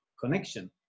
connection